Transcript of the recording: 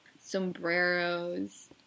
sombreros